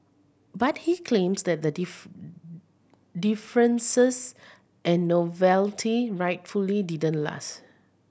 but he claims that the deferences and novelty rightfully didn't last